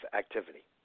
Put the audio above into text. activity